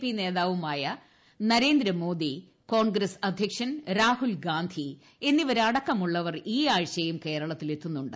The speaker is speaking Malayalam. പി നേതാവുമായ നരേന്ദ്രമോദി കോൺഗ്രസ് അധ്യക്ഷൻ രാഹുൽഗാന്ധി എന്നിവരടക്കമുള്ളവർ ഈ ആഴ്ചയും കേരളത്തിലെത്തുന്നുണ്ട്